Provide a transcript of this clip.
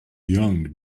young